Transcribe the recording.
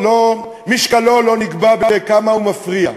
משקלו לא נקבע בכמה הוא מפריע.